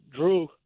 Drew